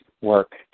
work